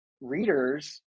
readers